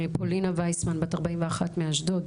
פאולינה וייסמן בת 41 מאשדוד,